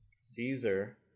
Caesar